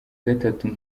gatatu